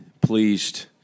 pleased